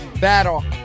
Battle